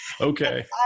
Okay